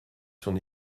son